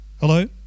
Hello